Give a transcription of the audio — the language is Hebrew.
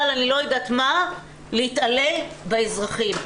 להתעלל באזרחים.